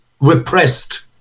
repressed